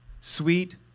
sweet